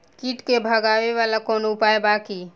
कीट के भगावेला कवनो उपाय बा की?